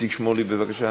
איציק שמולי, בבקשה.